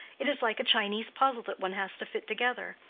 it is like a chinese puzzle that one has to fit together.